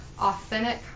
authentic